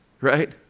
right